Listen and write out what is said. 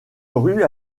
rue